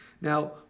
Now